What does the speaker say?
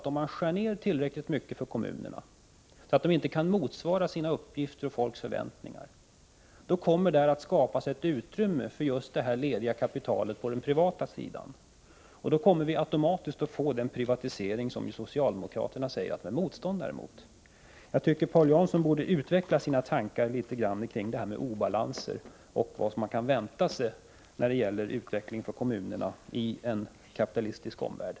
Om man skär ned tillräckligt mycket på den kommunala sidan, så att kommunerna inte kan uppfylla sina uppgifter och motsvara folks förväntningar, kommer där att i stället skapas ett utrymme för just detta lediga kapital från den privata sidan. Då kommer vi automatiskt att få den privatisering som socialdemokraterna säger sig vara motståndare till. Jag tycker att Paul Jansson borde utveckla sina tankar litet när det gäller obalansen och vad som kan väntas när det gäller utvecklingen i kommunerna i en kapitalistisk värld.